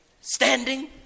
standing